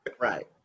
Right